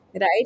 right